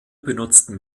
benutzten